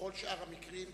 בכל שאר המקרים,